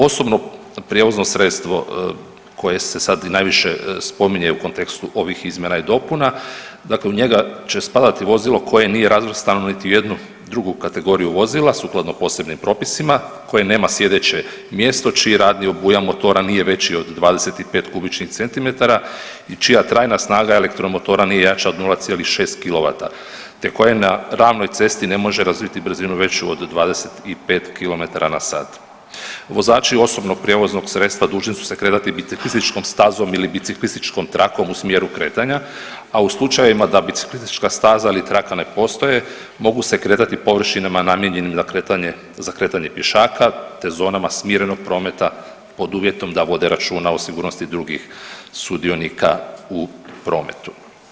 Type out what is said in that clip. Osobno prijevozno sredstvo koje se sad i najviše spominje u kontekstu ovih izmjena i dopuna, dakle u njega će spadati vozilo koje nije razvrstano niti u jednu drugu kategoriju vozila, sukladno posebnim propisima koje nema sjedeće mjesto čiji radni obujam motora nije veći od 25 cm3 i čija trajna snaga elektromotora nije jača od 0,6 kW te koje na ravnoj cesti ne može razviti brzinu veću od 25 km/h. Vozači osobnog prijevoznog sredstva dužni su se kretati biciklističkom stazom ili biciklističkom trakom u smjeru kretanja, a u slučajevima da biciklistička staza ili traka ne postoje, modu se kretati površinama namijenjenim za kretanje pješaka te zonama smirenog prometa pod uvjetom da vode računa o sigurnosti drugih sudionika u prometu.